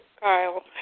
Kyle